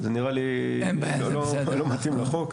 זה נראה לי לא מתאים לחוק.